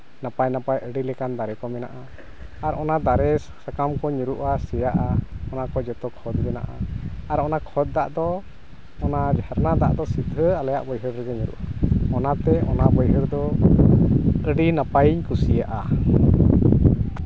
ᱱᱟᱯᱟᱭ ᱱᱟᱯᱟᱭ ᱟᱹᱰᱤ ᱞᱮᱠᱟᱱ ᱫᱟᱨᱮ ᱠᱚ ᱢᱮᱱᱟᱜᱼᱟ ᱟᱨ ᱚᱱᱟ ᱫᱟᱨᱮ ᱥᱟᱠᱟᱢ ᱠᱚ ᱧᱩᱨᱩᱜᱼᱟ ᱟᱨ ᱥᱮᱭᱟᱜᱼᱟ ᱚᱱᱟ ᱠᱚ ᱡᱚᱛᱚ ᱠᱷᱚᱛ ᱵᱮᱱᱟᱜᱼᱟ ᱟᱨ ᱚᱱᱟ ᱠᱷᱚᱛ ᱫᱟᱜ ᱫᱚ ᱚᱱᱟ ᱡᱷᱟᱨᱱᱟ ᱫᱟᱜ ᱫᱚ ᱥᱤᱫᱟᱹ ᱟᱞᱮᱭᱟᱜ ᱵᱟᱹᱭᱦᱟᱹᱲ ᱨᱮᱜᱮ ᱧᱩᱨᱦᱩᱜᱼᱟ ᱚᱱᱟᱛᱮ ᱚᱱᱟ ᱵᱟᱹᱭᱦᱟᱹᱲ ᱫᱚ ᱟᱹᱰᱤ ᱱᱟᱯᱟᱭᱤᱧ ᱠᱩᱥᱤᱭᱟᱜᱼᱟ